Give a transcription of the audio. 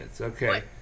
Okay